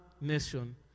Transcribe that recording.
nation